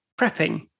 prepping